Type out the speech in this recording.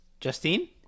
Justine